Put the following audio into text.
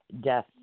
death